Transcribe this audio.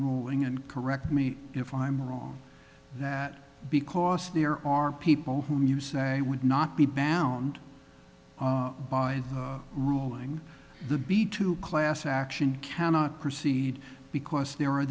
ruling and correct me if i'm wrong that because there are people whom you say would not be bound by the ruling the b two class action cannot proceed because there are